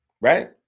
right